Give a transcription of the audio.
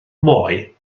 moi